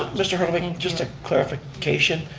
mr. herlovich, just a clarification.